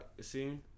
see